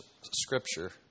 Scripture